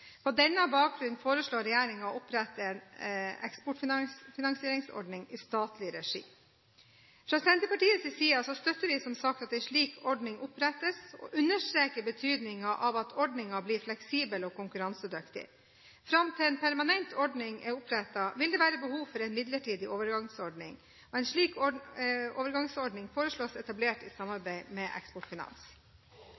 På denne bakgrunn foreslår regjeringen å opprette en eksportfinansieringsordning i statlig regi. Fra Senterpartiets side støtter vi som sagt at en slik ordning opprettes, og understreker betydningen av at ordningen blir fleksibel og konkurransedyktig. Fram til en permanent ordning er opprettet, vil det være behov for en midlertidig overgangsordning. En slik overgangsordning foreslås etablert i